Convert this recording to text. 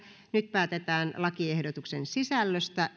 nyt päätetään lakiehdotuksen sisällöstä